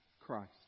Christ